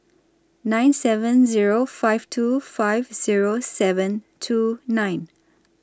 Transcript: nine seven Zero five two five Zero seven two nine